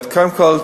קודם כול,